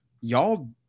y'all